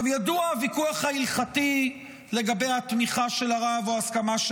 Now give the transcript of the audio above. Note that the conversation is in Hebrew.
ידוע הוויכוח ההלכתי לגבי התמיכה של הרב או ההסכמה של